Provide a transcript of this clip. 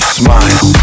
smile